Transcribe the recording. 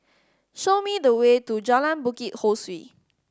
show me the way to Jalan Bukit Ho Swee